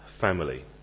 family